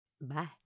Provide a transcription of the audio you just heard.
bye